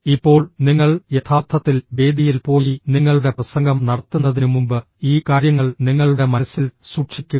ഇപ്പോൾ നിങ്ങൾ യഥാർത്ഥത്തിൽ വേദിയിൽ പോയി നിങ്ങളുടെ പ്രസംഗം നടത്തുന്നതിനുമുമ്പ് ഈ കാര്യങ്ങൾ നിങ്ങളുടെ മനസ്സിൽ സൂക്ഷിക്കുക